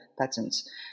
patents